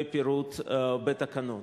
בפירוט בתקנות.